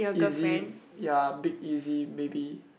easy ya big easy baby